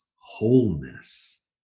wholeness